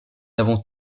avant